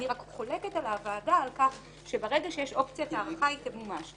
אני רק חולקת על הוועדה על כך שברגע שיש אופציית הארכה היא תמומש.